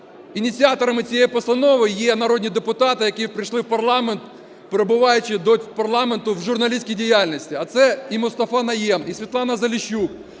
ініціаторами цієї постанови є народні депутати, які прийшли в парламент, перебуваючи до парламенту в журналістській діяльності, а це і Мустафа Найєм, і Світлана Заліщук,